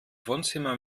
wohnzimmer